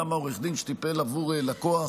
למה עורך דין שטיפל עבור לקוח